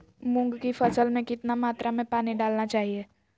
मूंग की फसल में कितना मात्रा में पानी डालना चाहिए?